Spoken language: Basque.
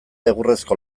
egurrezko